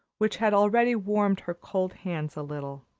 which had already warmed her cold hands a little.